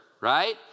right